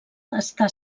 està